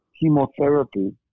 chemotherapy